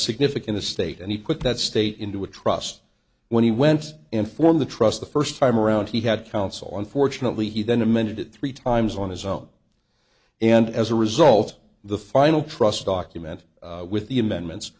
significant estate and he quit that state into a trust when he went in for the trust the first time around he had counsel unfortunately he then amended it three times on his own and as a result the final trust document with the amendments